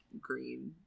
green